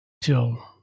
till